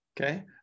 Okay